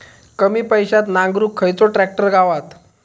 कमी पैशात नांगरुक खयचो ट्रॅक्टर गावात?